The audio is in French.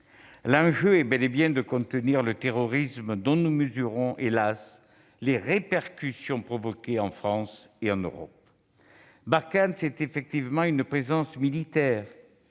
L'enjeu est bel et bien de contenir le terrorisme, dont nous mesurons, hélas ! les répercussions en France et en Europe. Barkhane, c'est certes une présence militaire,